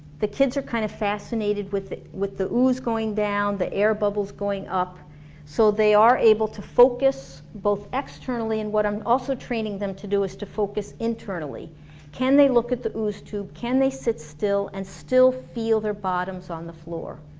the kids are kind of fascinated with with the ooze going down, the air bubbles going up so they are able to focus both externally and what i'm also training them to do is to focus internally can they look at the ooze-tube, can they sit still and still feel their bottoms on the floor?